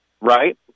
Right